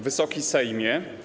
Wysoki Sejmie!